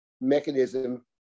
mechanism